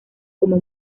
como